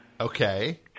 Okay